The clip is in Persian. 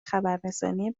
خبررسانی